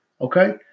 Okay